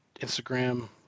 Instagram